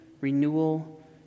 renewal